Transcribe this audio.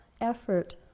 effort